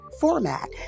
format